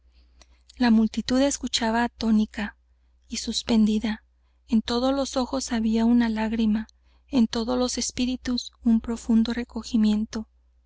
la multitud escuchaba atónita y suspendida en todos los ojos había una lágrima en todos los espíritus un profundo recogimiento